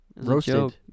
Roasted